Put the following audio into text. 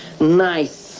nice